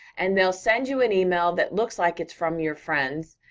and they'll send you an email that looks like it's from your friends,